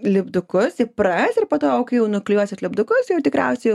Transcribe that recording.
lipdukus įpras ir po to kai jau nuklijuosit lipdukus jau tikriausiai